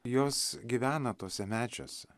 jos gyvena tuose medžiuose